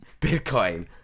Bitcoin